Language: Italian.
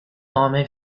nome